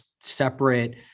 separate